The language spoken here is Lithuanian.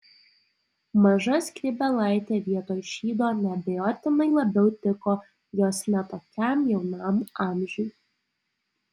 maža skrybėlaitė vietoj šydo neabejotinai labiau tiko jos ne tokiam jaunam amžiui